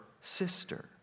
sister